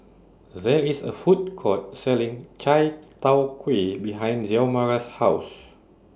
There IS A Food Court Selling Chai Tow Kuay behind Xiomara's House